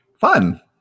Fun